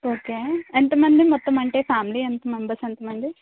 okay ఎంతమంది మొత్తం అంటే ఫ్యామిలీ ఎంత మెంబర్స్ ఎంతమంది